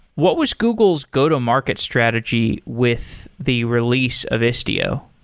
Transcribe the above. what was google's go-to market strategy with the release of istio?